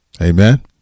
Amen